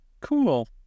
Cool